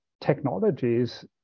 technologies